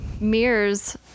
mirrors